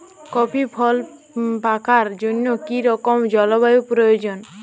Coffee ফল পাকার জন্য কী রকম জলবায়ু প্রয়োজন?